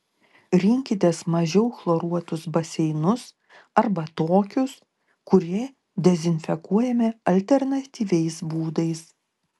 rinkitės mažiau chloruotus baseinus arba tokius kurie dezinfekuojami alternatyviais būdais